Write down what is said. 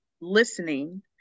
listening